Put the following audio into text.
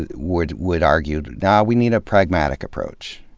ah would would argue, naw, we need a pragmatic approach.